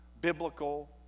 biblical